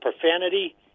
profanity